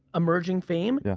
emerging fame, yeah